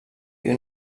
you